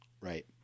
Right